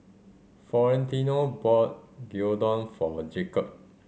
Florentino bought Gyudon for Jacob